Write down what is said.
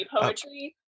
poetry